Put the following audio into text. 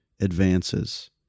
advances